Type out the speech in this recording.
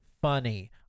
funny